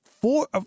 four